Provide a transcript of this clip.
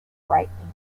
brightening